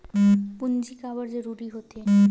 पूंजी का बार जरूरी हो थे?